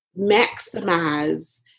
maximize